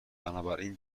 بنابراین